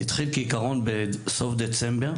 זה התחיל בסוף דצמבר,